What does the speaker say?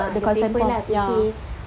ah the paper lah to say